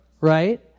right